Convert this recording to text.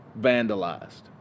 vandalized